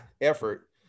effort